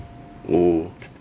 oh